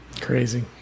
Crazy